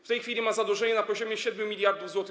W tej chwili ma zadłużenie na poziomie 7 mld zł.